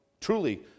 Truly